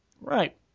Right